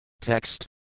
Text